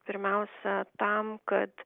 pirmiausia tam kad